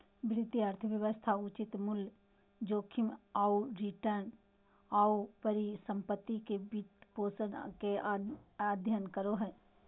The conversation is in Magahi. वित्तीय अर्थशास्त्र उचित मूल्य, जोखिम आऊ रिटर्न, आऊ परिसम्पत्ति के वित्तपोषण के अध्ययन करो हइ